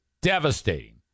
devastating